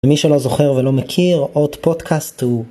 מי שלא זוכר ולא מכיר עוד פודקאסט הוא.